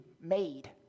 made